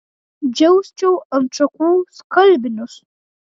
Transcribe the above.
džiausčiau ant šakų skalbinius